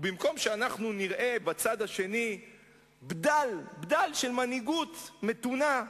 ובמקום שאנחנו נראה בצד השני בדל של מנהיגות מתונה,